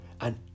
and